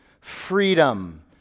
Freedom